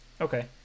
Okay